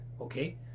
Okay